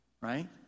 right